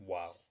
Wow